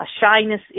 shyness